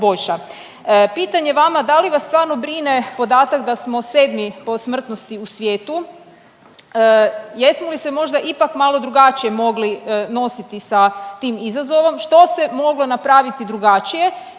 Pitanje vama, da li vas stvarno brine podatak da smo 7. po smrtnosti u svijetu? Jesmo li se možda ipak malo drugačije mogli nositi sa tim izazovom? Što se moglo napraviti drugačije